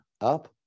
up